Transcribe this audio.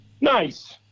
Nice